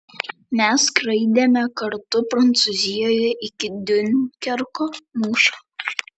mes skraidėme kartu prancūzijoje iki diunkerko mūšio